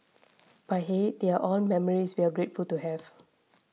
but hey they are all memories we're grateful to have